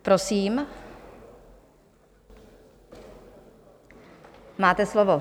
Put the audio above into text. Prosím, máte slovo.